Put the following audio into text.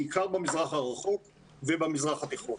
בעיקר במזרח הרחוק ובמזרח התיכון.